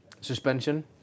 suspension